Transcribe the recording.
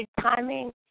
timing